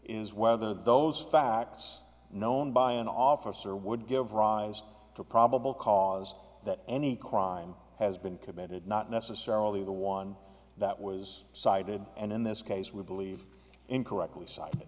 s whether those facts known by an officer would give rise to probable cause that any crime has been committed not necessarily the one that was cited and in this case we believe incorrectly side